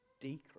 decrease